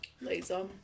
Laser